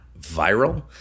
viral